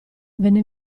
venne